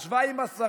אף היא ישבה עם השרה,